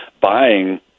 buying